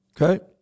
Okay